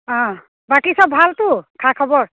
অঁ বাকী চব ভালতো খা খবৰ